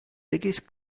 biggest